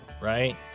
right